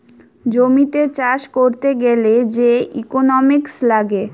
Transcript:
জমিতে চাষ করতে গ্যালে যে ইকোনোমিক্স লাগে